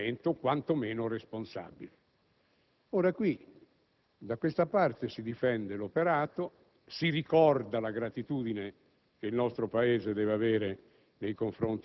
del dilettantismo politico, dimostrando irresponsabilità. Stiamo vivendo in un paradosso: abbiamo di fronte tre interventi di chi fa parte del Governo,